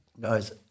guys